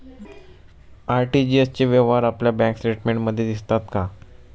RTGS चे व्यवहार आपल्या बँक स्टेटमेंटमध्ये दिसतात का?